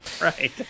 Right